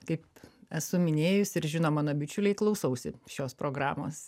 kaip esu minėjusi ir žino mano bičiuliai klausausi šios programos